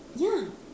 ya